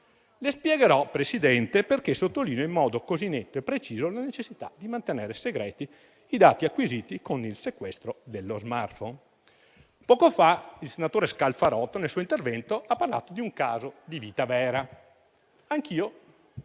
signor Presidente, perché sottolineo in modo così netto e preciso la necessità di mantenere segreti i dati acquisiti con il sequestro dello *smartphone*. Poco fa il senatore Scalfarotto nel suo intervento ha parlato di un caso di vita vera. Anch'io,